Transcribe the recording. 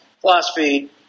philosophy